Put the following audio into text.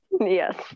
Yes